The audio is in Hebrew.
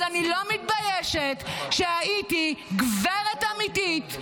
אז אני לא מתביישת שהייתי גברת אמיתית,